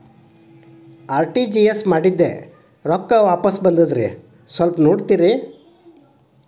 RTGS ಮಾಡಿದ್ದೆ ರೊಕ್ಕ ವಾಪಸ್ ಬಂದದ್ರಿ ಸ್ವಲ್ಪ ನೋಡ್ತೇರ?